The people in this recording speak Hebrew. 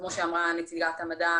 וכמו שאמרה נציגת הממ"מ,